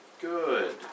Good